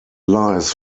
lies